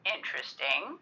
Interesting